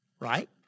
right